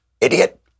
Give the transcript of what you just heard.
idiot